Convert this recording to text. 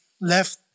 left